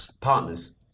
Partners